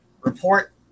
report